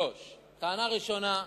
טענה ראשונה: